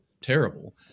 terrible